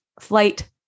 flight